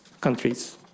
countries